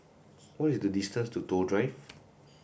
what is the distance to Toh Drive